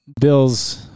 Bill's